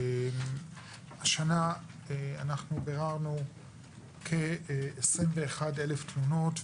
השנה אנחנו ביררנו כ-21,000 תלונות.